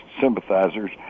sympathizers